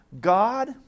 God